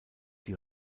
die